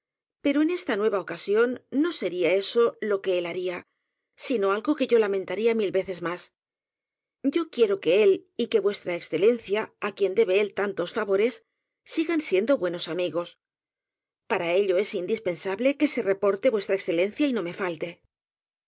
pero en esta nueva ocasión no se ría eso lo que él haría sino algo que yo lamenta ría mil veces más yo quiero que él y que v e á quien debe él tantos favores sigan siendo buenos amigos para ello es indispensable que se reporte v e y no me falte